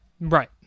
Right